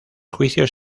juicios